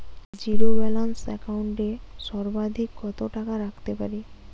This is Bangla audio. জীরো ব্যালান্স একাউন্ট এ সর্বাধিক কত টাকা রাখতে পারি?